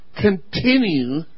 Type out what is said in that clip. continue